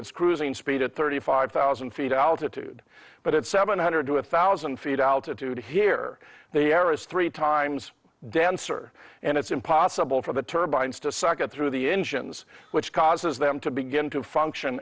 its cruising speed at thirty five thousand feet altitude but it's seven hundred to a thousand feet altitude here they eris three times denser and it's impossible for the turbines to suck at through the engines which causes them to begin to function